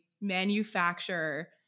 manufacture